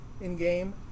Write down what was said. in-game